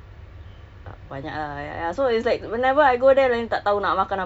what else I forgot ya ada banyak lah ya but that's the